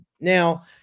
Now